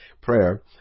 prayer